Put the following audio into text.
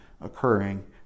occurring